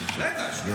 רגע.